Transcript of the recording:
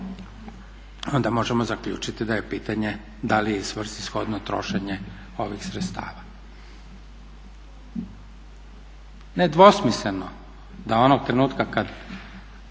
onda možemo zaključiti da je pitanje da li je svrsishodno trošenje ovih sredstava. Nedvosmisleno da onog trenutka kad